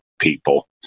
people